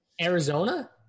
Arizona